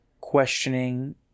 questioning